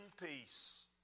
peace